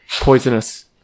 poisonous